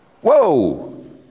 Whoa